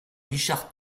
richard